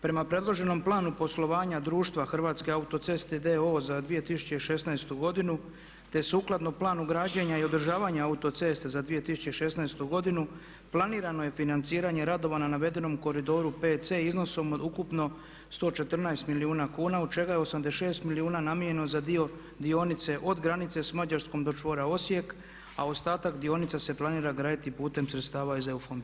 Prema predloženom planu poslovanja društva Hrvatske autoceste d.o.o. za 2016. godinu, te sukladno Planu građenja i održavanja autocesta za 2016. godinu planirano je financiranje radova na navedenom koridoru 5C iznosom od ukupno 114 milijuna kuna od čega je 86 milijuna namijenjeno za dionice od granice s Mađarskom do čvora Osijek, a ostatak dionice se planira graditi putem sredstava iz EU fondova.